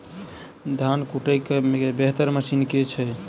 धान कुटय केँ बेहतर मशीन केँ छै?